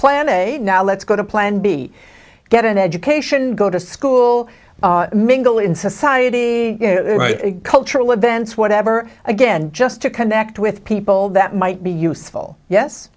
plant a now let's go to plan b get an education go to school mingle in society a cultural events whatever again just to connect with people that might be useful yes